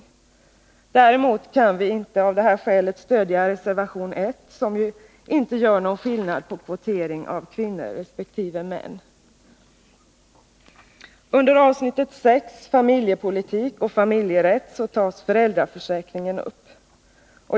Av det skälet kan vi inte stödja reservation 1, där det inte görs någon skillnad i fråga om kvotering av kvinnor resp. män. Under avsnitt 6 Familjepolitik och familjerätt tas föräldraförsäkringen upp.